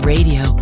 Radio